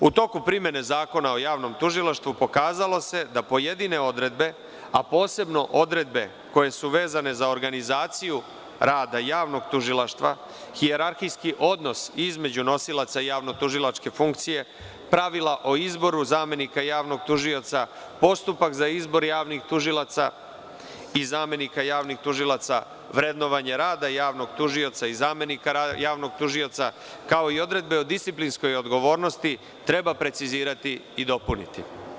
U toku primene Zakona o javnom tužilaštvu pokazalo se da pojedine odredbe, a posebno odredbe koje su vezane za organizaciju rada javnog tužilaštva, hijerarhijski odnos između nosilaca javnog tužilačke funkcije, pravila o izboru zamenika javnog tužioca, postupak za izbor javnih tužilaca i zamenika javnih tužilaca, vrednovanje rada javnog tužioca i zamenika javnog tužioca, kao i odredbe o disciplinskoj odgovornosti treba precizirati i dopuniti.